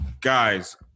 guys